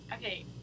Okay